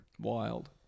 Wild